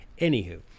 Anywho